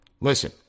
Listen